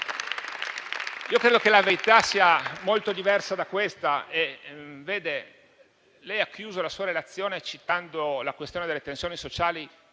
Io credo che la verità sia molto diversa da questa. Lei, signora Ministro, ha chiuso la sua relazione citando la questione delle tensioni sociali,